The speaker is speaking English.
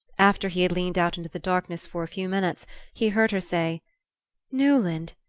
after he had leaned out into the darkness for a few minutes he heard her say newland!